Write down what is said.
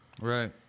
Right